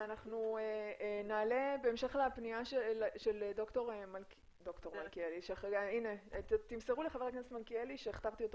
בהמשך לפניה של חבר הכנסת מלכיאלי, נשמע את